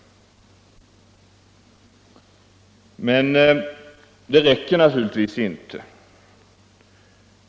Men det räcker naturligtvis inte.